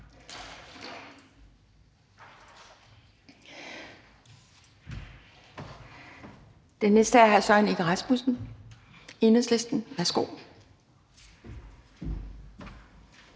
Den næste er hr. Søren Egge Rasmussen, Enhedslisten. Værsgo.